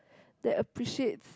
that appreciates